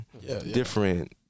different